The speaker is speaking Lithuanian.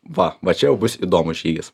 va va čia jau bus įdomus žygis